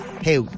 hey